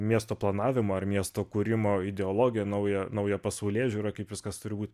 miesto planavimą ir miesto kūrimo ideologiją naują naują pasaulėžiūrą kaip viskas turi būt